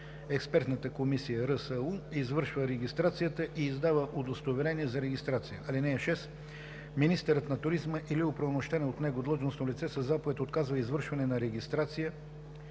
на ЕКРСУ извършва регистрацията и издава удостоверение за регистрация. (6) Министърът на туризма или оправомощено от него длъжностно лице със заповед отказва извършване на регистрация